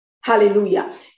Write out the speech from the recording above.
Hallelujah